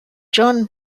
john